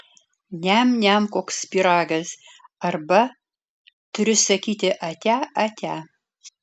niam niam koks pyragas arba turiu sakyti ate ate